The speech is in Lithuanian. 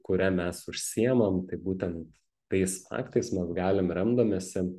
kuria mes užsiemam tai būtent tais aktais mes galim remdamiesi